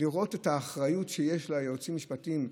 רואים את האחריות שיש ליועצים המשפטיים,